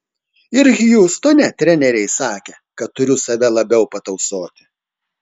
ir hjustone treneriai sakė kad turiu save labiau patausoti